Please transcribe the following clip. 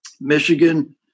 Michigan